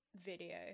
video